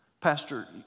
Pastor